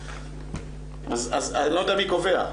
אני לא יודע מי קובע,